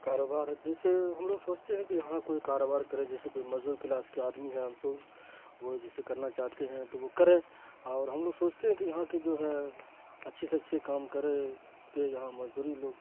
کاروبار جیسے ہم لوگ سوچتے ہیں کہ یہاں کوئی کاروبار کرے جیسے کوئی مزدور کلاس کا آدمی ہے ہم سو وہ جیسے کرنا چاہتے ہیں تو وہ کریں اور ہم لوگ سوچتے ہیں کہ یہاں کے جو ہیں اچھے سے اچھے کام کرے چونکہ یہاں مزدوری لوگ